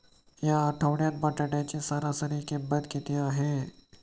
या आठवड्यात बटाट्याची सरासरी किंमत किती आहे?